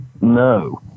No